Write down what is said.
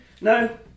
No